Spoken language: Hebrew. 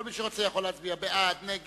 כל מי שרוצה יכול להצביע, בעד, נגד.